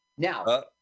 Now